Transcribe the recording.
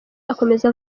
akomeza